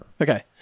Okay